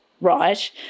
right